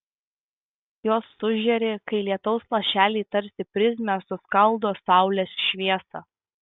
jos sužėri kai lietaus lašeliai tarsi prizmė suskaldo saulės šviesą